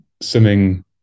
swimming